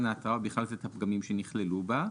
ההתראה ובכלל זה את הפגמים שנכללו בה.